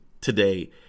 today